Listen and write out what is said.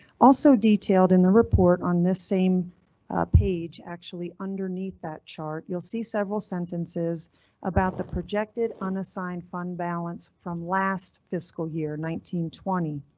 also detailed in the report on this same page actually underneath that chart you'll see several sentences about the projected unassigned fund balance from last fiscal year nineteen twenty.